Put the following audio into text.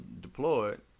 deployed